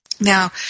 Now